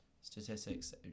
statistics